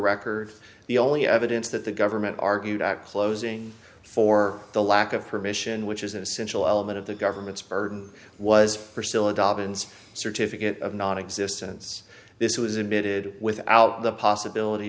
record the only evidence that the government argued closing for the lack of permission which is an essential element of the government's burden was for still a dolphins certificate of nonexistence this was admitted without the possibility